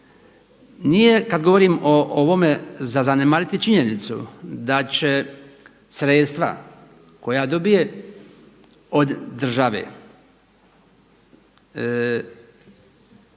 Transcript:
Nije kada govorim o ovome zanemariti činjenicu da će sredstva koja dobije od države